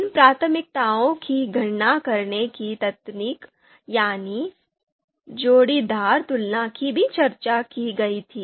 इन प्राथमिकताओं की गणना करने की तकनीक यानी जोड़ीदार तुलना की भी चर्चा की गई थी